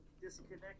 Disconnect